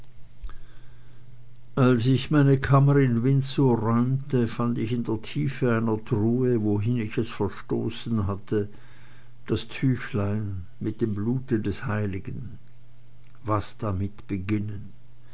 als ich meine kammer in windsor räumte fand ich in der tiefe einer truhe wohin ich es verstoßen hatte das tüchlein mit dem blute des heiligen was damit beginnen